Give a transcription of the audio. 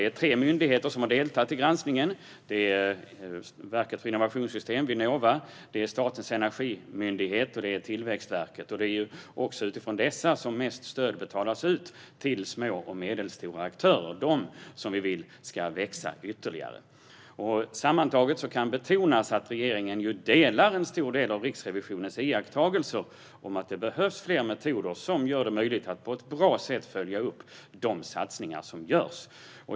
Tre myndigheter har deltagit i granskningen: Verket för innovationssystem, Vinnova, Statens energimyndighet och Tillväxtverket. Utifrån dessa betalas mest stöd ut till små och medelstora aktörer, som vi ju vill ska växa ytterligare. Sammantaget kan betonas att regeringen delar en stor del av Riksrevisionens iakttagelser om att det behövs fler metoder som gör det möjligt att på ett bra sätt följa upp de satsningar som görs.